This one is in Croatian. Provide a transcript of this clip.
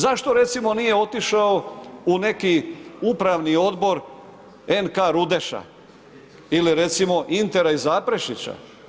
Zašto recimo nije otišao u neki upravni odbor NK Rudeša ili recimo Intera iz Zaprešića?